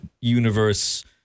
universe